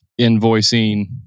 invoicing